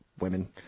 women